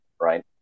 right